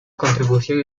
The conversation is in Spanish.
contribución